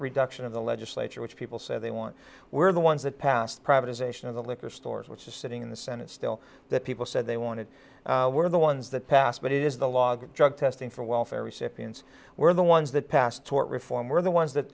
reduction of the legislature which people say they want were the ones that passed privatization of the liquor stores which is sitting in the senate still that people said they wanted were the ones that passed but it is the log drug testing for welfare recipients were the ones that passed tort reform were the ones that